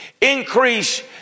increase